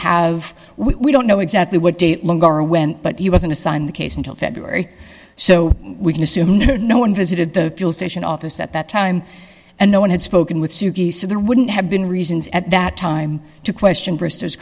have we don't know exactly what day but he wasn't assigned the case until february so we can assume no one visited the fuel station office at that time and no one had spoken with suki so there wouldn't have been reasons at that time to question